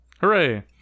Hooray